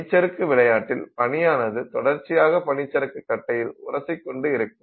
பனி சறுக்கு விளையாட்டில் பனியானது தொடர்ச்சியாக பனிசறுக்கு கட்டையில் உரசிக்கொண்டு இருக்கும்